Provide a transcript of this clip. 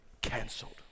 Cancelled